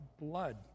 Blood